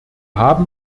haben